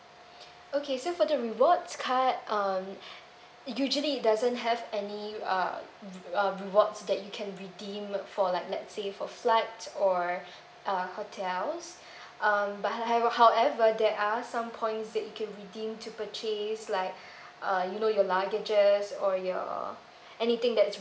okay so for the rewards card um usually it doesn't have any uh uh rewards that you can redeem for like let's say for flight or uh hotels uh but I how~ however there are some points that you can redeem to purchase like uh you know your luggages or your anything that's